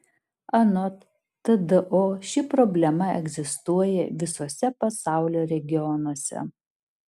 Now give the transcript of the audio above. anot tdo ši problema egzistuoja visuose pasaulio regionuose